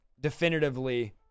definitively